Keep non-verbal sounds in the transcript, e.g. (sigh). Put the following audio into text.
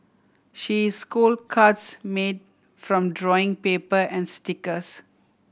she (unintelligible) cards made from drawing paper and stickers